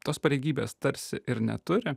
tos pareigybės tarsi ir neturi